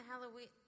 Halloween